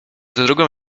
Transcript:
drugą